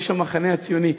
איש המחנה הציוני,